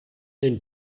den